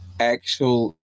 Actual